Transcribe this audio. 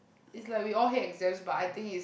it's like we all hear exams but I think it's